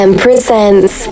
presents